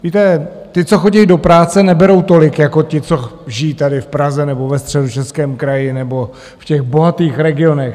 Víte, ti, co chodí do práce, neberou tolik jako ti, co žijí tady v Praze nebo ve Středočeském kraji nebo v těch bohatých regionech.